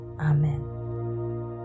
Amen